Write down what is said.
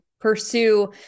pursue